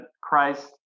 Christ